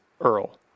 Earl